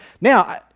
Now